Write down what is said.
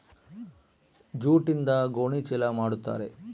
ಜೂಟ್ಯಿಂದ ಗೋಣಿ ಚೀಲ ಮಾಡುತಾರೆ